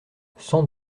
cent